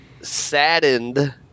saddened